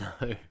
No